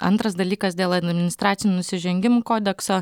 antras dalykas dėl administracinių nusižengimų kodekso